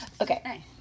Okay